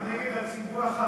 זה רק נגד הציבור החרדי,